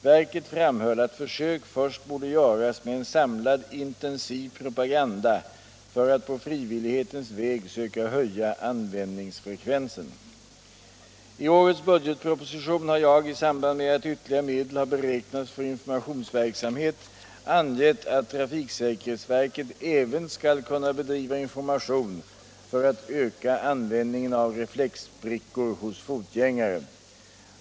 Verket framhöll att försök först borde göras med en samlad intensiv propaganda för att på frivillighetens väg söka höja användningsfrekvensen. I årets budgetproposition har jag i samband med att ytterligare medel har beräknats för informationsverksamhet angett att trafiksäkerhetsverket även skall kunna bedriva information för att öka användningen av reflexbrickor hos fotgängare.